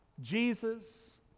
Jesus